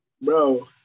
Bro